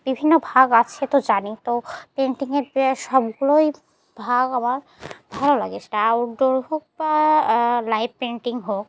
বিভিন্ন ভাগ আছে তো জানি তো পেইন্টিংয়ের সবগুলোই ভাগ আমার ভালো লাগে সেটা আউটডোর হোক বা লাইভ পেইন্টিং হোক